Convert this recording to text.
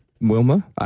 Wilma